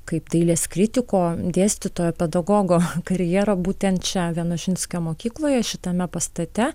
kaip dailės kritiko dėstytojo pedagogo karjerą būtent čia vienožinskio mokykloje šitame pastate